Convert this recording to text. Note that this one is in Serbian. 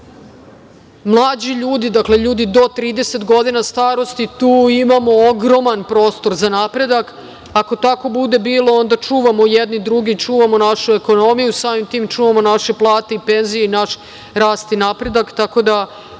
mlađi ljudi, ljudi do 30 godina starosti. Tu imamo ogroman prostor za napredak. Ako tako bude bilo onda čuvamo jedni druge i čuvamo našu ekonomiju, samim tim čuvamo naše plate i penzije i naš rast i napredak.